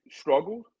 struggled